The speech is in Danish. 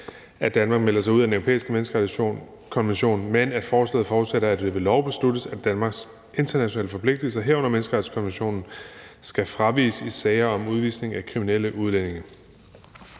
at Danmark melder sig ud af Den Europæiske Menneskerettighedskonvention, men at forslaget forudsætter, at det ved lov besluttes, at Danmarks internationale forpligtigelser, herunder menneskerettighedskonventionen, skal fraviges i sager om udvisning af kriminelle udlændinge.